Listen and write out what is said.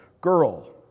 girl